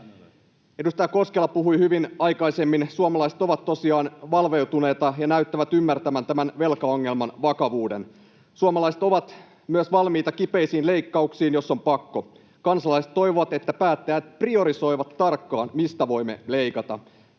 Edustaja Koskela puhui hyvin aikaisemmin. Suomalaiset ovat tosiaan valveutuneita ja näyttävät ymmärtävän tämän velkaongelman vakavuuden. Suomalaiset ovat myös valmiita kipeisiin leikkauksiin, jos on pakko. Kansalaiset toivovat, että päättäjät priorisoivat tarkkaan, mistä voimme leikata.